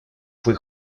fue